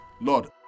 Lord